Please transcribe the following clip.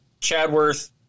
Chadworth